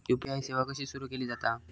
UPI सेवा कशी सुरू केली जाता?